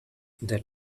that